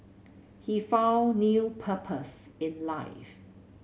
he found new purpose in life